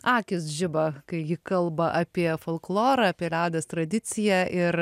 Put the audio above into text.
akys žiba kai ji kalba apie folklorą apie liaudies tradiciją ir